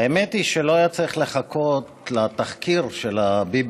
האמת היא שלא היה צריך לחכות לתחקיר של ה-BBC.